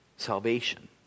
salvation